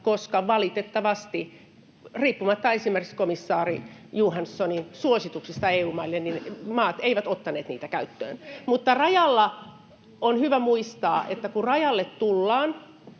koska valitettavasti, riippumatta esimerkiksi komissaari Johanssonin suosituksesta EU-maille, maat eivät ottaneet niitä käyttöön. [Ben Zyskowicz: No tehkää!] Mutta rajalla on hyvä muistaa, että kun rajalle tullaan,